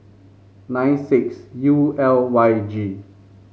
nine six U L Y G